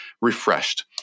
refreshed